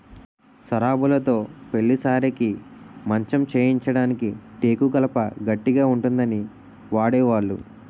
సరాబులుతో పెళ్లి సారెకి మంచం చేయించడానికి టేకు కలప గట్టిగా ఉంటుందని వాడేవాళ్లు